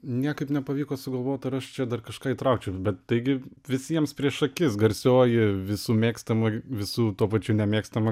niekaip nepavyko sugalvot aš čia dar kažką įtraukčiau bet taigi visiems prieš akis garsioji visų mėgstama visų tuo pačiu nemėgstama